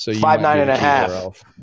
Five-nine-and-a-half